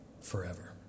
forever